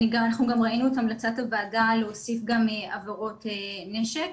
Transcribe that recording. אנחנו גם ראינו את המלצת הוועדה להוסיף גם עבירות נשק,